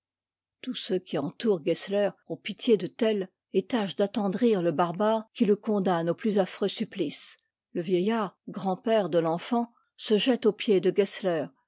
tous ceux qui entourent gessler ont pitié de tell et tâchent d'attendrir le barbare qui le condamne au plus affreux supplice le vieittard grandpère de l'enfant se jette aux pieds de gessler